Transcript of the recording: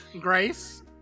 Grace